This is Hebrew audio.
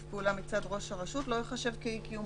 פעולה מצד ראש הרשות לא ייחשב כאי קיום חובת היוועצות.